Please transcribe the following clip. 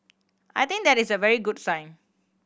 I think that is a very good sign